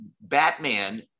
Batman